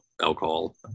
alcohol